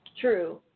True